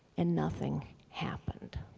and nothing happened.